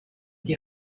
die